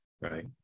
right